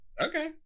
okay